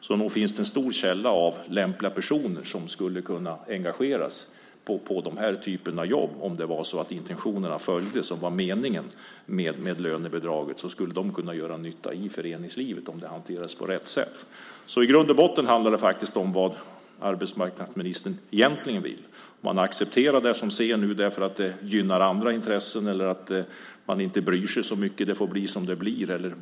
Så nog finns det ett stort antal personer som skulle kunna engageras i den här typen av jobb. Om intentionerna med lönebidraget följdes skulle de personerna kunna göra nytta i föreningslivet. I grund och botten handlar detta om vad arbetsmarknadsministern egentligen vill - han kanske accepterar det som vi ser nu för att det gynnar andra intressen eller kanske inte bryr sig så mycket och tycker att det får bli som det blir.